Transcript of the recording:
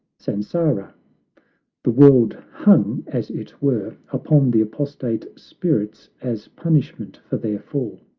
sansara the world hung, as it were, upon the apostate spirits as punishment for their fall.